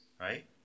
right